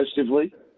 aggressively